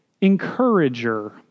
encourager